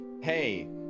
hey